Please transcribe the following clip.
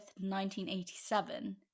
1987